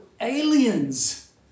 aliens